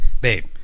Babe